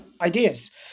ideas